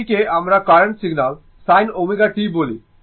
এটি কে আমরা কারেন্ট সিগন্যাল sin ω t বলি